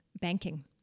banking